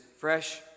fresh